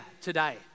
today